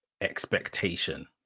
expectation